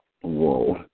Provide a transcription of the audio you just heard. whoa